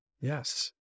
Yes